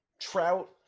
trout